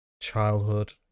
childhood